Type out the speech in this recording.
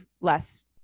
less